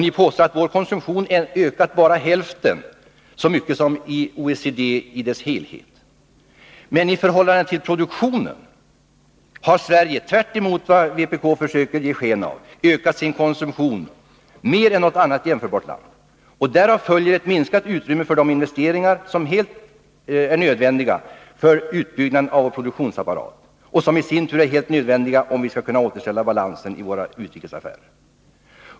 Ni påstår att vår konsumtion ökat bara hälften så mycket som i OECD i dess helhet. Men i förhållande till produktionen har Sverige — tvärtemot vad vpk försöker ge sken av — ökat sin konsumtion mer än något annat jämförbart land. Därav följer ett minskat utrymme för de investeringar som är helt nödvändiga för utbyggnaden av produktionsapparaten. En sådan utbyggnad är helt nödvändig för att vi skall kunna återställa balansen i våra utrikesaffärer.